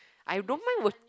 I don't mind wek